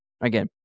Again